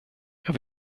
jag